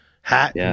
hat